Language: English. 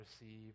receive